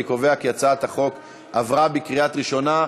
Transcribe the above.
אני קובע כי הצעת החוק עברה בקריאה ראשונה,